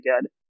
good